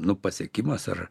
nu pasiekimas ar